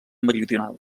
meridional